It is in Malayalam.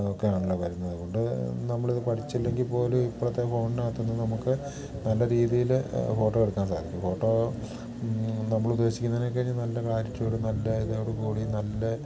ഒക്കെയാണല്ലോ വരുന്നത് അതുകൊണ്ട് നമ്മളിത് പഠിച്ചില്ലെങ്കിൽ പോലും ഇപ്പോളത്തെ ഫോണിനകത്ത് ഇന്ന് നമുക്ക് നല്ല രീതിയിൽ ഫോട്ടോ എടുക്കാൻ സാധിക്കും ഫോട്ടോ നമ്മളുദ്ദേശിക്കുന്നതിനെക്കാളും നല്ല ക്ലാരിറ്റിയോടും നല്ല ഇതോട് കൂടി നല്ല